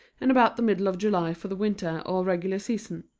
and about the middle of july for the winter or regular season.